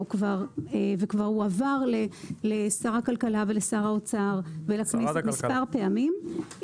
כבר וכבר הועבר לשר הכלכלה ולשר האוצר מספר פעמים,